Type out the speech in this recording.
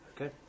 Okay